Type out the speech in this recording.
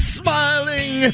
smiling